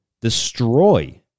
destroy